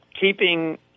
keeping